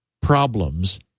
problems